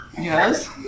Yes